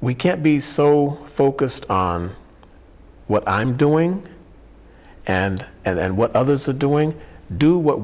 we can't be so focused on what i'm doing and and what others are doing do what